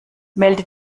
melde